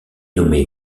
nommé